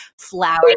flower